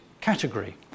category